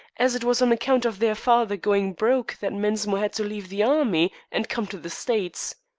as it was on account of their father going broke that mensmore had to leave the army and come to the states.